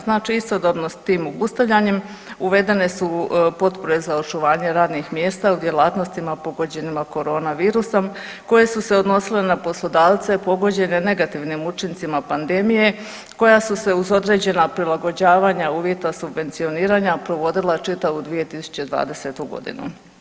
Znači istodobno s tim obustavljanjem uvedene su potpore za očuvanje radnih mjesta u djelatnostima pogođenima korona virusom koje su se odnosile na poslodavce pogođene negativnim učincima pandemije, koja su se uz određena prilagođavanja uvjeta subvencioniranja provodila čitavu 2020. godinu.